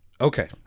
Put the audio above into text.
Okay